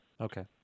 okay